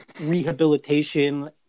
rehabilitation